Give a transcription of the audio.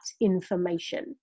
information